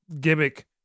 gimmick